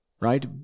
right